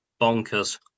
Bonkers